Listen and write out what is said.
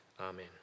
Amen